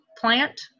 plant